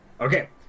Okay